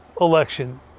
election